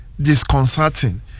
disconcerting